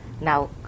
Now